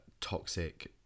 toxic